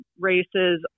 races